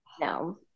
No